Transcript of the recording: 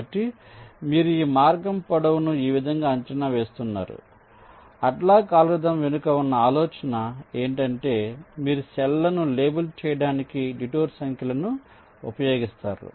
కాబట్టి మీరు మార్గం పొడవును ఈ విధంగా అంచనా వేస్తున్నారు మరియు హాడ్లాక్ అల్గోరిథం వెనుక ఉన్న ఆలోచన ఏమిటంటే మీరు సెల్ లను లేబుల్ చేయడానికి డిటూర్ సంఖ్యలను ఉపయోగిస్తారు